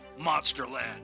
Monsterland